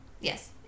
Yes